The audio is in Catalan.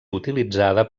utilitzada